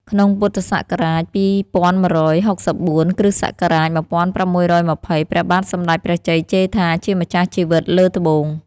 ក្នុងពុទ្ធសករាជ ២១៦៤ គ្រិស្តសករាជ ១៦២០ ព្រះបាទសម្ដេចព្រះជ័យជេជ្ឋាជាម្ចាស់ជីវិតលើត្បូង